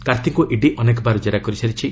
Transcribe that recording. କାର୍ତ୍ତିଙ୍କୁ ED ଅନେକ ବାର ଜେରା କରିସାରିଛି